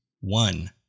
one